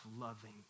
loving